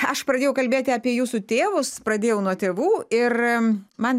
aš pradėjau kalbėti apie jūsų tėvus pradėjau nuo tėvų ir man